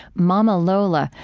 mama lola,